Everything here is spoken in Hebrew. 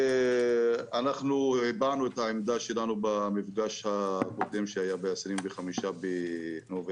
אנחנו הבענו את העמדה שלנו במפגש הקודם שהיה ב-25 בנובמבר.